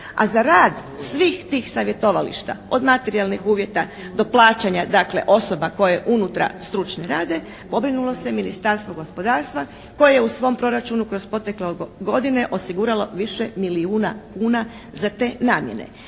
A za rad svih tih savjetovališta, od materijalnih uvjeta do plaćanja dakle osoba koje unutra stručno rade pobrinulo se je Ministarstvo gospodarstva koje je u svom proračunu kroz protekle godine osiguralo više milijuna kuna za te namjene.